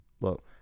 Look